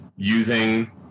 using